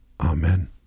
Amen